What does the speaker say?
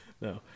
no